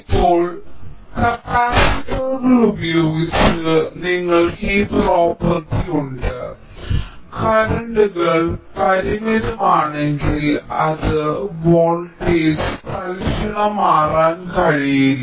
ഇപ്പോൾ കപ്പാസിറ്ററുകൾ ഉപയോഗിച്ച് നിങ്ങൾക്ക് ഈ പ്രോപ്പർട്ടി ഉണ്ട് കറന്റുകൾ പരിമിതമാണെങ്കിൽ അത് വോൾട്ടേജ് തൽക്ഷണം മാറാൻ കഴിയില്ല